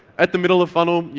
at the middle of funnel, yeah